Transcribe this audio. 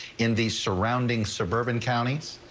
in the surrounding suburban counties.